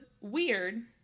weird